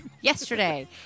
Yesterday